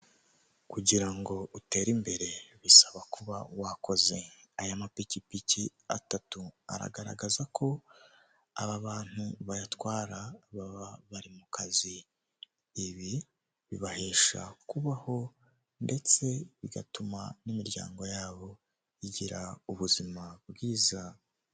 Ikinyabiziga gishinzwe gukora imihanda kiri mu busitani ndetse inyuma y'ubwo busitani hari inganda izo nganda zisize amabara y'umweru n'urundi rusize irangi ry'ibara ry'icyatsi ryerurutse izo nganda ziri ahitaruye.